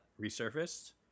resurfaced